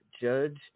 judge